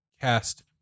Cast